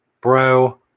Bro